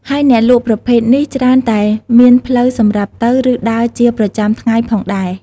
ហើយអ្នកលក់ប្រភេទនេះ ច្រើនតែមានផ្លូវសម្រាប់ទៅ ឬដើរជាប្រចាំថ្ងៃផងដែរ។